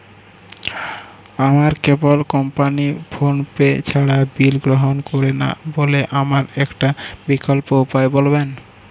আমার cable company PhonePe ছাড়া bill গ্রহণ করে না বলে আমার একটা বিকল্প উপায় বলবেন?